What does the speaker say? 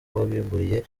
wabimburiye